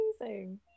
amazing